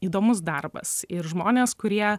įdomus darbas ir žmonės kurie